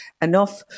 enough